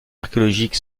archéologique